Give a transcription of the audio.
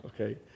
Okay